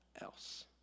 else